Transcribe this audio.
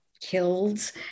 killed